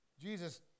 Jesus